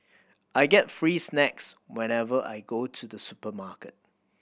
I get free snacks whenever I go to the supermarket